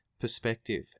perspective